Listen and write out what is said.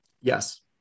Yes